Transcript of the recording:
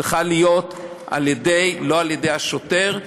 צריכה להיות לא על-ידי השוטר,